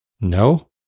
No